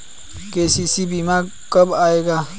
KCC बीमा कब आएगा?